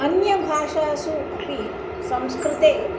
अन्य भाषासु अपि संस्कृते